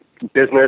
business